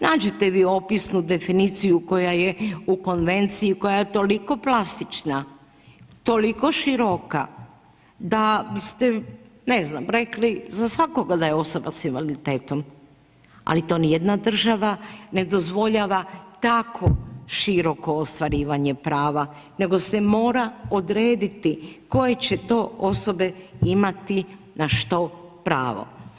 Nađete vi opisnu definiciju koja je u Konvenciji, koja je toliko plastična, toliko široka da biste ste, ne znam rekli za svakoga da je osoba sa invaliditetom ali to ni jedna država ne dozvoljava tako široko ostvarivanje prava nego se mora odrediti koje će to osobe imati na što pravo.